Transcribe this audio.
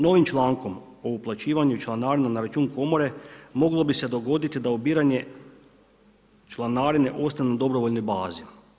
Novim člankom o uplaćivanju članarina na račun komore moglo bi se dogoditi da ubiranje članarine ostane na dobrovoljnoj bazi.